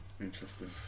interesting